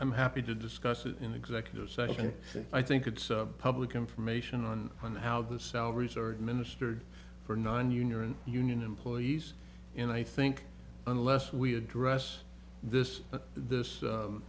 i'm happy to discuss it in executive session i think it's public information on on how the salaries are minister for nonunion union employees and i think unless we address this this